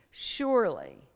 surely